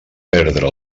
perdre